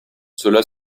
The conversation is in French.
cela